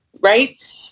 right